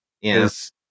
Yes